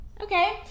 okay